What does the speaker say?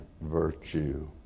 virtue